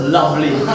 lovely